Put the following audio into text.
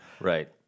Right